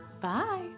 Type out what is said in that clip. Bye